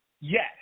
Yes